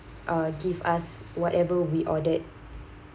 uh give us whatever we ordered